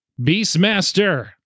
Beastmaster